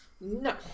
no